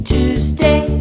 Tuesday